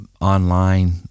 online